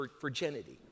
virginity